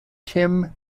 tim